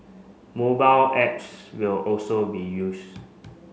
mobile apps will also be used